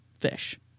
fish